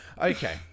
okay